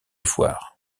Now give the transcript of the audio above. foires